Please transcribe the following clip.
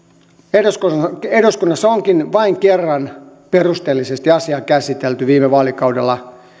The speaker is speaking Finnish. eduskunnassa onkin vain kerran perusteellisesti asiaa käsitelty viime vaalikaudella